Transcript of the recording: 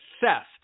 theft